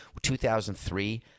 2003